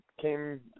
came